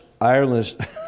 Ireland